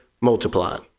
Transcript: multiplied